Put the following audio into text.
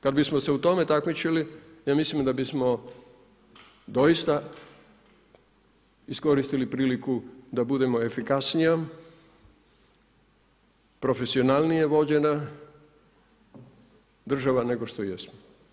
Kada bismo se u tome takmičili, ja mislim da bismo, doista, iskoristili priliku da budemo efikasnija, profesionalnije vođena država nego što jesmo.